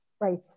Right